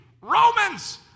Romans